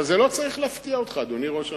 עכשיו, זה לא צריך להפתיע אותך, אדוני ראש הממשלה.